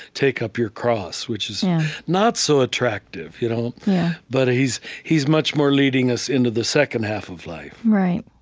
take up your cross, which is not so attractive. you know but he's he's much more leading us into the second half of life right.